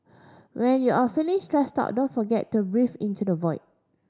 when you are feeling stressed out don't forget to breathe into the void